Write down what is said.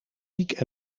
ziek